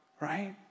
right